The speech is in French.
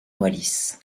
wallis